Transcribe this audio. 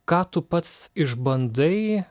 ką tu pats išbandai